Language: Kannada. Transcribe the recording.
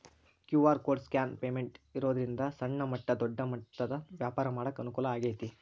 ಕ್ಯೂ.ಆರ್ ಕೋಡ್ ಸ್ಕ್ಯಾನ್ ಪೇಮೆಂಟ್ ಇರೋದ್ರಿಂದ ಸಣ್ಣ ಮಟ್ಟ ದೊಡ್ಡ ಮೊತ್ತದ ವ್ಯಾಪಾರ ಮಾಡಾಕ ಅನುಕೂಲ ಆಗೈತಿ